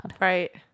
Right